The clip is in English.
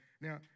Now